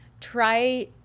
Try